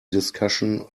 discussion